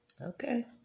Okay